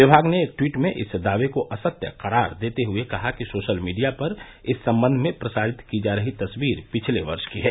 विमाग ने एक ट्वीट में इस दावे को असत्य करार देते हुए कहा कि सोशल मीडिया पर इस सम्बन्ध में प्रसारित की जा रही तस्वीर पिछले वर्ष की है